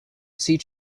sea